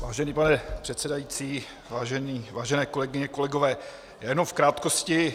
Vážený pane předsedající, vážené kolegyně, kolegové, jenom v krátkosti.